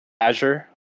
Azure